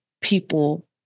people